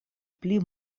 pli